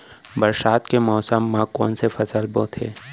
बरसात के मौसम मा कोन से फसल बोथे?